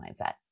mindset